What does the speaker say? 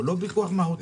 לא מהותי.